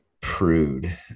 prude